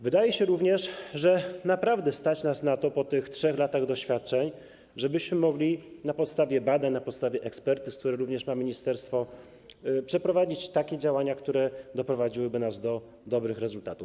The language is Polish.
Wydaje się również, że naprawdę stać nas na to po tych 3 latach doświadczeń, żeby na podstawie badań, na podstawie ekspertyz, które również ma ministerstwo, przeprowadzić takie działania, które doprowadziłyby nas do dobrych rezultatów.